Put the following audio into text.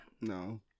No